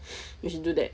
you should do that